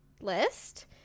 list